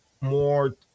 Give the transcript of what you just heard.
more